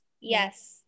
yes